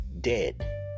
Dead